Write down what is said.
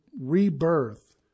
rebirth